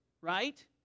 right